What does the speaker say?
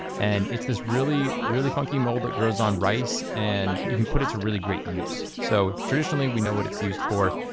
and it's this really really funky mold that grows on rice and you can put it to great use. so traditionally we know what it's used for,